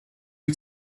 wyt